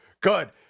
good